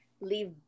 leave